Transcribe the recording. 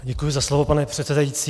Děkuji za slovo, pane předsedající.